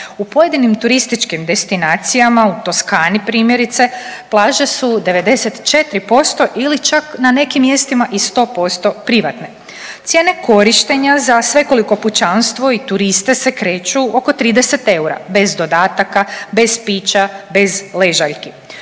U pojedinim turističkim destinacijama u Toskani primjerice plaže su 94% ili čak na nekim mjestima i 100% privatne. Cijene korištenja za svekoliko pučanstvo i turiste se kreću oko 30 eura bez dodataka, bez pića, bez ležaljki.